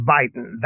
Biden